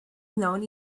known